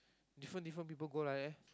different different people go like that